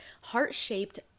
heart-shaped